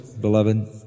beloved